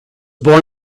born